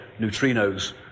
neutrinos